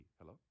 hello